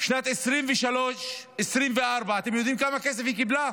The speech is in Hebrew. בשנת 2023, 2024, אתם יודעים כמה כסף היא קיבלה?